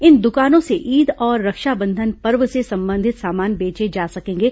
इन दुकानों से ईद और रक्षाबंधन पर्व से संबंधित सामान बेचे जा सकेंगे